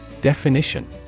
Definition